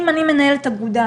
אם אני מנהלת אגודה,